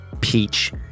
peach